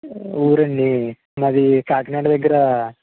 ఊ ఊరండి మాది కాకినాడ దగ్గర